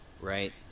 Right